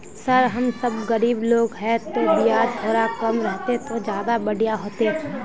sir हम सब गरीब लोग है तो बियाज थोड़ा कम रहते तो ज्यदा बढ़िया होते